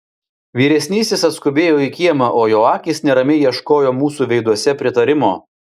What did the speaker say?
vyresnysis atskubėjo į kiemą o jo akys neramiai ieškojo mūsų veiduose pritarimo